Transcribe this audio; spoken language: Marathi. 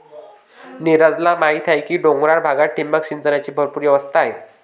नीरजला माहीत आहे की डोंगराळ भागात ठिबक सिंचनाची भरपूर व्यवस्था आहे